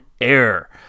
air